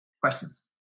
questions